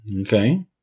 Okay